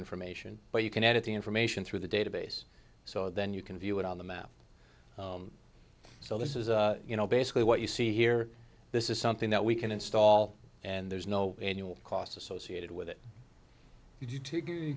information but you can edit the information through the database so then you can view it on the map so this is you know basically what you see here this is something that we can install and there's no annual costs associated with it if you take any